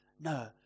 no